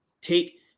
take